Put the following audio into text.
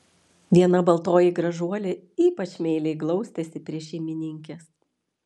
viena baltoji gražuolė ypač meiliai glaustėsi prie šeimininkės